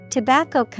Tobacco